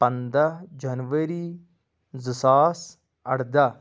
پَنٛداہ جنؤری زٕ ساس اردہ